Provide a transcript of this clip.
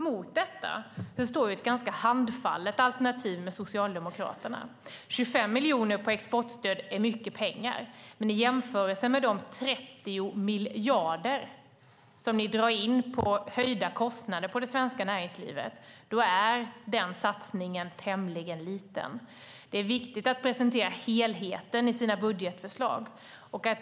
Mot detta står ett ganska handfallet socialdemokratiskt alternativ. 25 miljoner för exportstöd är mycket pengar, men i jämförelse med de 30 miljarder som Socialdemokraterna drar in genom höjda kostnader för det svenska näringslivet är den satsningen tämligen liten. Det är viktigt att presentera helheten i budgetförslagen.